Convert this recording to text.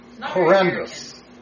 Horrendous